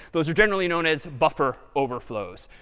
those are generally known as buffer overflows.